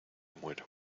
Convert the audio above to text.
muero